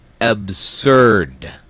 absurd